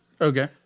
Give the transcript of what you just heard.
Okay